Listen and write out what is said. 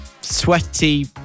Sweaty